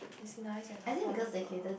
it's nice and affordable